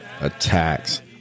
attacks